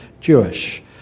Jewish